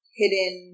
hidden